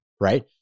right